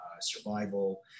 survival